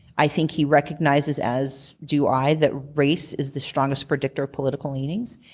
i think he recognizes, as do i, that race is the strongest predictor of political leanings,